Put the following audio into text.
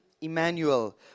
Emmanuel